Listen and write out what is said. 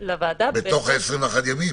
צריך לזכור שכל ילד חולה מגיע למוסד חינוך,